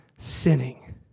sinning